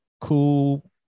cool